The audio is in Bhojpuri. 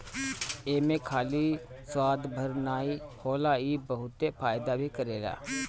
एमे खाली स्वाद भर नाइ होला इ बहुते फायदा भी करेला